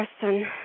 person